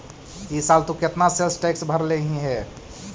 ई साल तु केतना सेल्स टैक्स भरलहिं हे